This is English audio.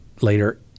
later